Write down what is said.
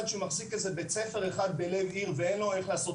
שמחזיק איזה בית ספר אחד בלב עיר ואין לו איך לעשות